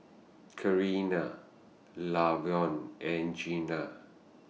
Karina Lavon and Gina